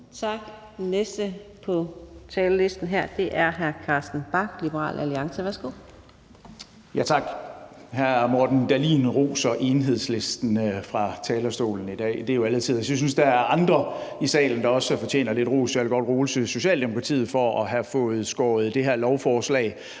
Tak. Den næste korte bemærkning er fra hr. Carsten Bach, Liberal Alliance. Værsgo. Kl. 18:44 Carsten Bach (LA): Tak. Hr. Morten Dahlin roser Enhedslisten fra talerstolen i dag. Det er jo alle tiders. Jeg synes, der er andre i salen, der også fortjener lidt ros. Jeg vil godt rose Socialdemokratiet for at have fået skåret det her lovforslaget